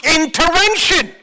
intervention